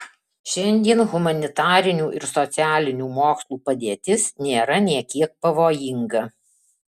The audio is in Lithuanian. šiandien humanitarinių ir socialinių mokslų padėtis nėra nė kiek pavojinga